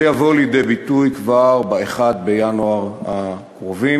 זה יבוא לידי ביטוי כבר ב-1 בינואר הקרוב.